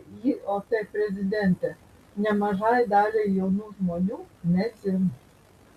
lijot prezidentė nemažai daliai jaunų žmonių ne dzin